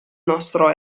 nostro